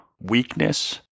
weakness